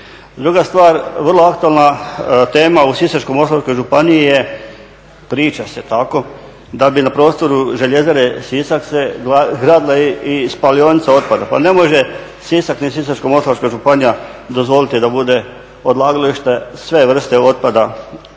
Druga stvar, vrlo aktualna tema u Sisačko-moslavačkoj županiji je, priča se tako, da bi na prostoru željezare Sisak se gradile i spalionice otpada. Pa ne može Sisak ni Sisačko-moslavačka županija dozvoliti da bude odlagalište sve vrste otpada